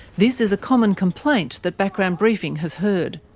this is a common complaint that background briefing has heard.